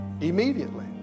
immediately